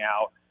out